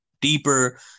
deeper